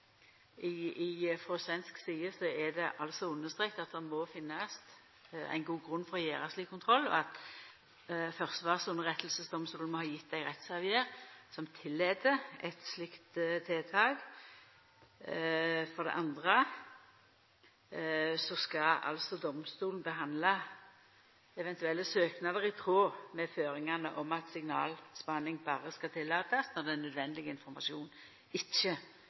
fyrste, at frå svensk side er det altså understreka at det må finnast ein god grunn for å gjera slik kontroll, og at Försvarsunderrättelsedomstolen må ha gjeve ei rettsavgjerd som tillèt eit slikt tiltak. For det andre skal altså domstolen behandla eventuelle søknader i tråd med føringane om at signalspaning berre skal tillatast når den nødvendige informasjonen ikkje kan skaffast på ein mindre inngripande måte. For det